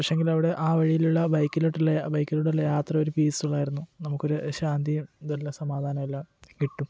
പക്ഷേ എങ്കിൽ അവിടെ ആ വഴിയിലുള്ള ബൈക്കിലോട്ടുള്ള ബൈക്കിലൂടെയുള്ള യാത്ര ഒരു പീസ്ഫുള്ളായിരുന്നു നമുക്കൊരു ശാന്തിയും ഇതെല്ലാം സമാധാനവുമെല്ലാം കിട്ടും